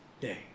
day